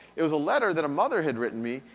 it was a letter that a mother had written me,